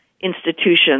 institutions